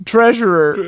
Treasurer